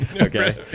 okay